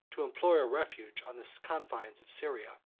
to implore a refuge on the confines of syria.